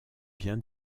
bien